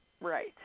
Right